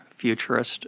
futurist